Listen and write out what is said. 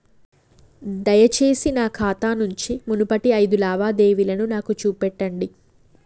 దయచేసి నా ఖాతా నుంచి మునుపటి ఐదు లావాదేవీలను నాకు చూపెట్టండి